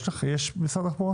יש את זה במשרד התחבורה?